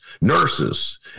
nurses